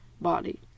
body